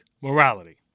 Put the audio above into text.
Morality